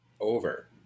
Over